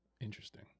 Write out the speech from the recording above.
Interesting